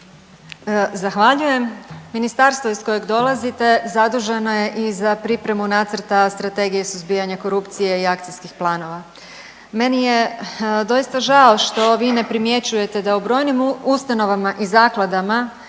Zahvaljujem. Ministarstvo iz kojeg dolazite zaduženo je i za pripremu nacrta Strategije suzbijanja korupcije i akcijskih planova. Meni je doista žao što vi ne primjećujete da u brojnim ustanovama i zaklada